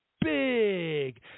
big